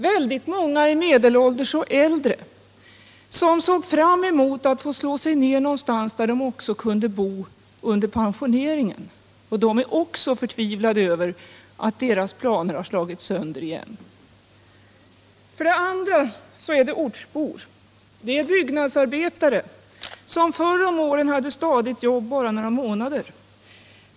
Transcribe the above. Väldigt många är medelålders och äldre som sett fram emot att få slå sig ned någonstans där de också kan bo som pensionerade, och de är också förtvivlade över att deras planer har slagits sönder igen. För det andra är det ortsbor. Det är byggnadsarbetare som förr om åren hade stadigt jobb bara några månader.